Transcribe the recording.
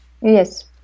Yes